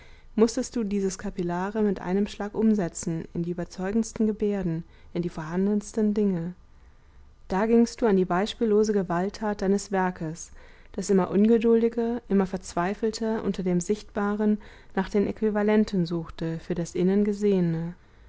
mußtest du dieses kapillare mit einem schlag umsetzen in die überzeugendsten gebärden in die vorhandensten dinge da gingst du an die beispiellose gewalttat deines werkes das immer ungeduldiger immer verzweifelter unter dem sichtbaren nach den äquivalenten suchte für das innen gesehene